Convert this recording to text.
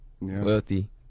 Wealthy